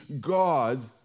God's